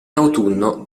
autunno